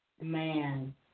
man –